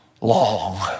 Long